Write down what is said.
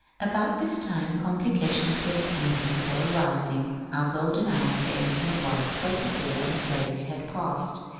about this time oomplioations with england were arising our golden hour for ending at once both the war and slavery had passed.